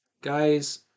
guys